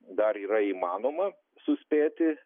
dar yra įmanoma suspėti